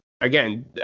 again